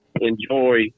enjoy